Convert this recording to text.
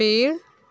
पेड़